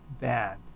bad